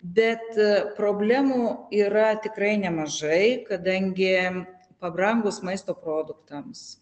bet problemų yra tikrai nemažai kadangi pabrangus maisto produktams